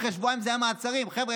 אחרי שבועיים זה היה מעצרים: חבר'ה,